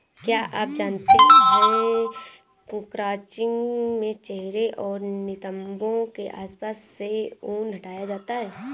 क्या आप जानते है क्रचिंग में चेहरे और नितंबो के आसपास से ऊन हटाया जाता है